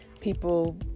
people